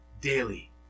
daily